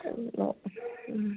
ഓ